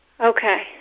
Okay